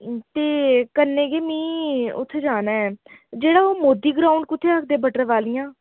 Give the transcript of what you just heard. ते कन्नै गै मी उत्थै जाना ऐ जेह्ड़ा ओह् मोदी ग्राऊंड कुत्थै आखदे बट्टल वालियां